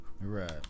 Right